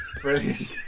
Brilliant